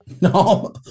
No